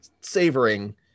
savoring